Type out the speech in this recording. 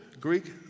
Greek